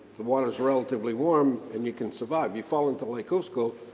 the water's relatively warm and you can survive. you fall into lake hovsgol,